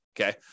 Okay